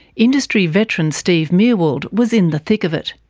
industry veteran steve meerwald was in the thick of it.